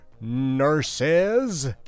nurses